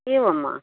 एवम् वा